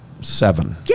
Seven